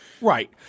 Right